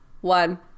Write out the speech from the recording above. one